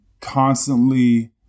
constantly